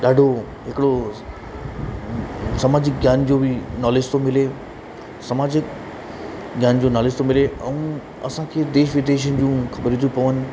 ॾाढो हिकिड़ो सामाजिक ज्ञान जो बि नॉलेज थो मिले समाजिक ज्ञान जो नॉलेज थो मिले ऐं असांखे देश विदेश जूं ख़बरियूं थियूं पवनि